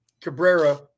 Cabrera